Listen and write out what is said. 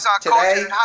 today